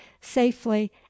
safely